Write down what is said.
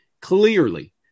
Clearly